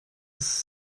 ist